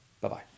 Bye-bye